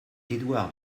édouard